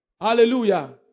Hallelujah